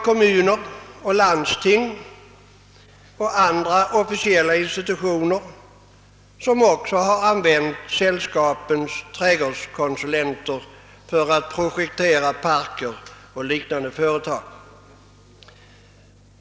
Kommuner och landsting och andra officiella institutioner har också använt hushållningsällskapens <:trädgårdskonsulenter för att projektera parker och liknande anläggningar.